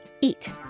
eat